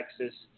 Texas